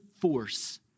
force